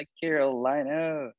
Carolina